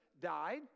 died